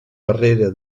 barrera